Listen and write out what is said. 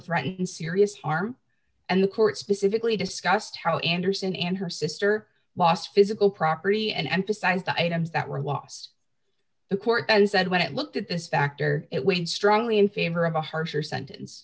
threatened serious harm and the court specifically discussed how anderson and her sister lost physical property and emphasize the items that were lost the court said when it looked at this factor it weighed strongly in favor of a harsher sentence